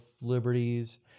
liberties